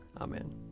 Amen